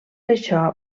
això